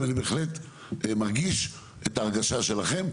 אבל אני בהחלט מרגיש את ההרגשה שלכם.